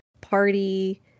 party